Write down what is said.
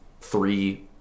three